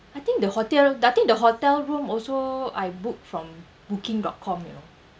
I think the hotel I think the hotel room also I booked from booking dot com you know